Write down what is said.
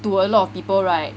to a lot of people right